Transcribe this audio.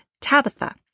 Tabitha